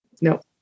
No